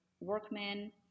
workmen